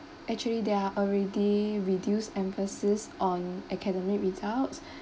actually there are already reduced emphasis on academic results